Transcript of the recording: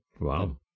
Wow